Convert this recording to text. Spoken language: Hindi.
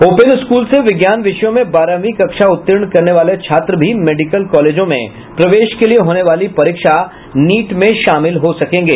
ओपन स्कूल से विज्ञान विषयों में बारहवीं कक्षा उत्तीर्ण करने वाले छात्र भी मेडिकल कॉलेजों में प्रवेश के लिए होने वाली परीक्षा नीट में शामिल हो सकेंगे